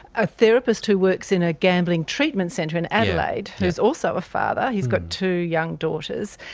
a therapist who works in a gambling treatment centre in adelaide who is also a father, he's got two young daughters,